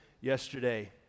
yesterday